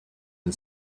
and